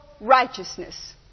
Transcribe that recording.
righteousness